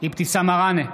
אבתיסאם מראענה,